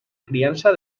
criança